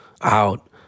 out